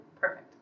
Perfect